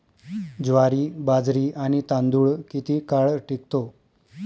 ज्वारी, बाजरी आणि तांदूळ किती काळ टिकतो?